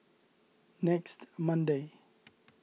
next Monday